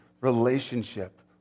relationship